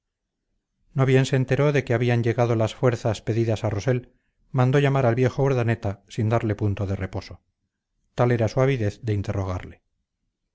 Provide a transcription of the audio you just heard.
no bien se enteró de que habían llegado las fuerzas pedidas a rossell mandó llamar al viejo urdaneta sin darle punto de reposo tal era su avidez de interrogarle